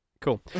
Cool